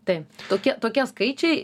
tai tokie tokie skaičiai